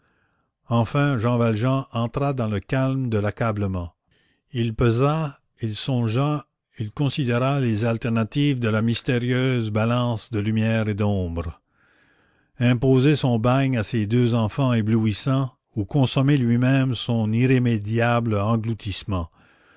enfin jean valjean entra dans le calme de l'accablement il pesa il songea il considéra les alternatives de la mystérieuse balance de lumière et d'ombre imposer son bagne à ces deux enfants éblouissants ou consommer lui-même son irrémédiable engloutissement